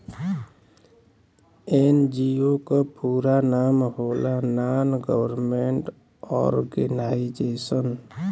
NGO क पूरा नाम होला नान गवर्नमेंट और्गेनाइजेशन